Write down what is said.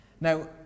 Now